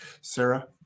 Sarah